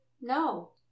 no